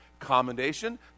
commendation